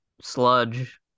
sludge